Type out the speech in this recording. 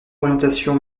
orientation